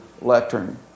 lectern